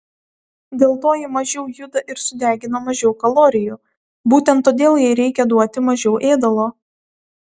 dėl to ji mažiau juda ir sudegina mažiau kalorijų būtent todėl jai reikia duoti mažiau ėdalo